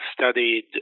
studied